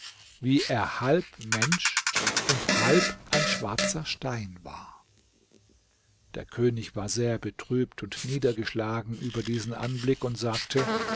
wie er halb mensch und halb ein schwarzer stein war der könig war sehr betrübt und niedergeschlagen über diesen anblick und sagte